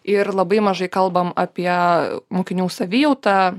ir labai mažai kalbam apie mokinių savijautą